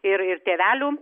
ir ir tėvelių